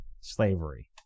slavery